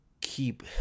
keep